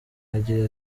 agira